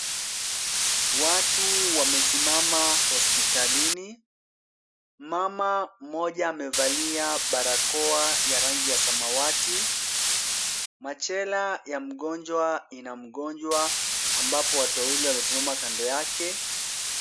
Watu wamesimama hospitalini. Mama mmoja amevalia barakoa ya rangi ya samawati. Machela ya mgonjwa ina mgonjwa ambapo watu wawili wamesimama kando yake.